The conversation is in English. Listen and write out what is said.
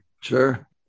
sure